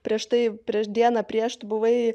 prieš tai prieš dieną prieš tu buvai